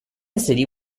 city